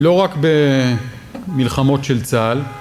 לא רק במלחמות של צה״ל